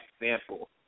example